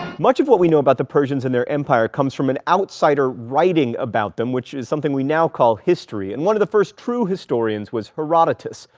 much of what we know about the persians and their empire comes from an outsider writing about them, which is something we now call history, and one of the first true historians was herodotus,